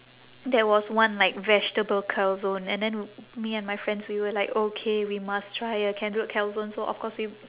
there was one like vegetable calzone and then me and my friends we were like okay we must try a cal~ calzone so of course we